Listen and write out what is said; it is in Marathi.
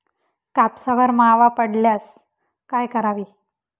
कापसावर मावा पडल्यास काय करावे?